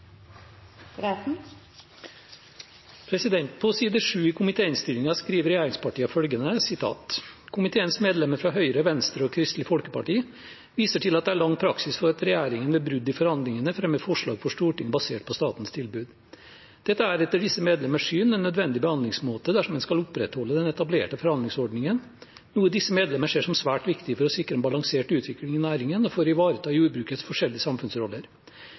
På side 7 i komitéinnstillingen skriver regjeringspartiene følgende: «Komiteens medlemmer fra Høyre, Venstre og Kristelig Folkeparti viser til at det er lang praksis for at regjeringen ved brudd i forhandlingene fremmer forslag for Stortinget basert på statens tilbud. Dette er, etter disse medlemmers syn, en nødvendig behandlingsmåte dersom en skal opprettholde den etablerte forhandlingsordningen, noe disse medlemmer ser som svært viktig for å sikre en balansert utvikling i næringen og for å ivareta jordbrukets forskjellige samfunnsroller.